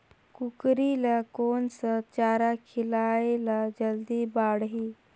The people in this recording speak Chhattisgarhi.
कूकरी ल कोन सा चारा खिलाय ल जल्दी बाड़ही?